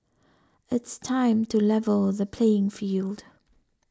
it's time to level the playing field